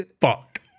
Fuck